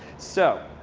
so